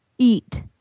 eat